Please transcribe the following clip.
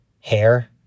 hair